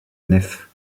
nef